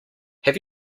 have